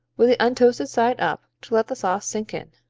with the untoasted side up, to let the sauce sink in.